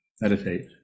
meditate